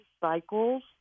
cycles